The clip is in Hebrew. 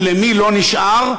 ולמי לא נשאר?